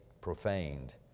profaned